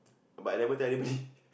but I never tell anybody